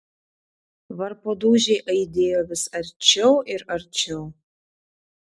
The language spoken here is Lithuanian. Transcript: varpo dūžiai aidėjo vis arčiau ir arčiau